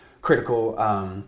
critical